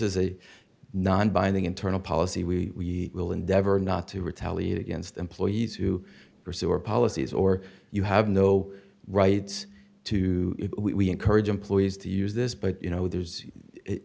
is a non binding internal policy we will endeavor not to retaliate against employees who pursue or policies or you have no rights to encourage employees to use this but you know there's it